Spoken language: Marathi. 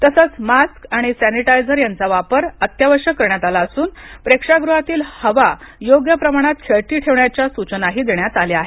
तसच मास्क आणि सनीटाईझर यांचा वापर अत्यावश्यक करण्यात आला असून प्रेक्षागृहातील हवा योग्य प्रमाणात खेळती ठेवण्याच्या ही सूचना देण्यात आल्या आहेत